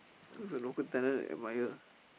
who is the local talent that you admire